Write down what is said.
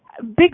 Big